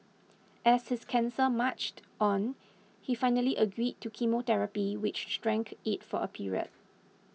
as his cancer marched on he finally agreed to chemotherapy which shrank it for a period